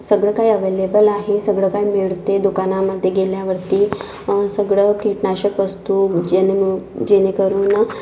सगळं काही अव्हेलेबल आहे सगळं काही मिळते दुकानामध्ये गेल्यावरती सगळं कीटकनाशक वस्तू जेणे जेणेकरून